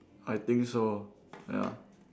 I think so ya